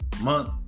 month